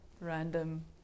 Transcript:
random